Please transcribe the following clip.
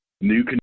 new